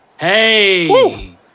Hey